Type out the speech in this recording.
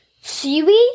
seaweed